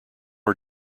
are